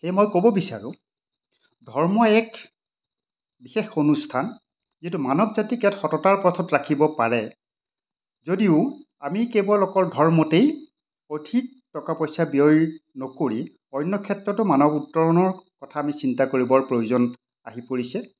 সেয়ে মই ক'ব বিচাৰোঁ ধৰ্ম এক বিশেষ অনুষ্ঠান যিটোৱে মানৱ জাতিক ইয়াত সততাৰ পথত ৰাখিব পাৰে যদিও আমি কেৱল অকল ধৰ্মতেই অধিক টকা পইচা ব্যয়ৰ নকৰি অন্য ক্ষেত্ৰতো মানৱ উত্তৰণৰ কথা আমি চিন্তা কৰিবৰ প্ৰয়োজন আহি পৰিছে